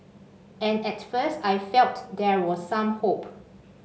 and at first I felt there was some hope